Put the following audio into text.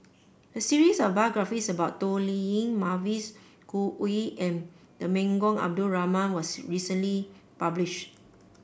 a series of biographies about Toh Liying Mavis Khoo Oei and Temenggong Abdul Rahman was recently published